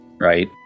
right